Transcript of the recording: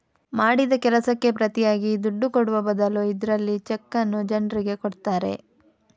ಮಾಡಿದ ಕೆಲಸಕ್ಕೆ ಪ್ರತಿಯಾಗಿ ದುಡ್ಡು ಕೊಡುವ ಬದಲು ಇದ್ರಲ್ಲಿ ಚೆಕ್ಕನ್ನ ಜನ್ರಿಗೆ ಕೊಡ್ತಾರೆ